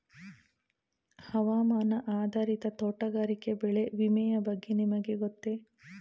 ಹವಾಮಾನ ಆಧಾರಿತ ತೋಟಗಾರಿಕೆ ಬೆಳೆ ವಿಮೆಯ ಬಗ್ಗೆ ನಿಮಗೆ ಗೊತ್ತೇ?